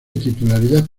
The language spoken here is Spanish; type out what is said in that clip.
titularidad